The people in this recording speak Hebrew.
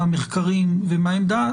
מהמחקרים ומהעמדה,